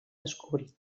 descobrir